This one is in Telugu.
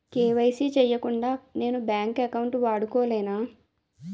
కే.వై.సీ చేయకుండా నేను బ్యాంక్ అకౌంట్ వాడుకొలేన?